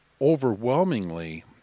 overwhelmingly